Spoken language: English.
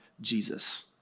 Jesus